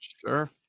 Sure